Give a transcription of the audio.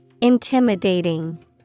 Intimidating